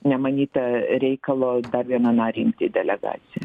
nemanyta reikalo dar vieną narį imti delegacija